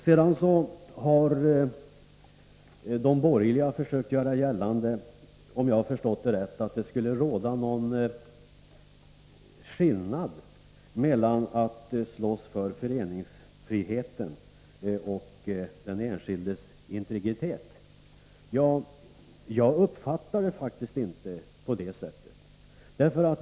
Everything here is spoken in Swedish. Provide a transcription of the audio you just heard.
Sedan har de borgerliga försökt göra gällande — om jag har förstått det rätt —- att det skulle råda någon skillnad mellan att slåss för föreningsfriheten och för den enskildes integritet. Jag uppfattar det faktiskt inte på det sättet.